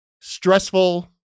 stressful